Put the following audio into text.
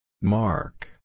Mark